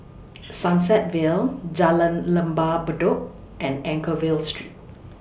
Sunset Vale Jalan Lembah Bedok and Anchorvale Street